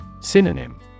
Synonym